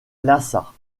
lhassa